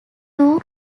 two